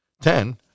Ten